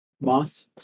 Moss